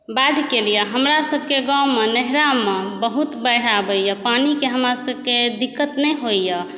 बाढ़िके लिए हमरा सभके गाँवमे नैहरामे बहुत बाढ़ि आबैया पानिके हमरा सबके दिक्कत नहि होइया